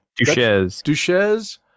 Duches